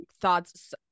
thoughts